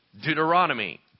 Deuteronomy